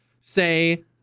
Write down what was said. say